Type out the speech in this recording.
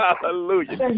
Hallelujah